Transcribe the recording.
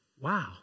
wow